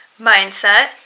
mindset